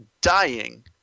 dying